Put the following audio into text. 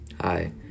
Hi